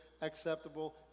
acceptable